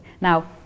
now